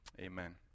Amen